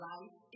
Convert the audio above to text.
Life